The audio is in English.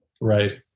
Right